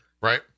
Right